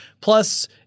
Plus